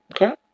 Okay